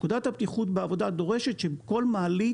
פקודת הבטיחות בעבודה דורשת כל מעלית